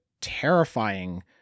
terrifying